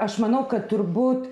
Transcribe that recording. aš manau kad turbūt